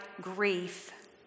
grief